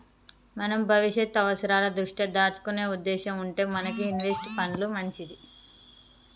మనం భవిష్యత్తు అవసరాల దృష్ట్యా దాచుకునే ఉద్దేశం ఉంటే మనకి ఇన్వెస్ట్ పండ్లు మంచిది